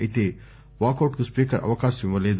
అయితే వాకౌట్కు స్పీకర్ అవకాశం ఇవ్వలేదు